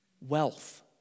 wealth